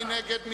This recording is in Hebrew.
מי נגד?